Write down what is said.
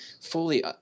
fully